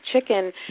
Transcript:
chicken